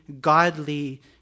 godly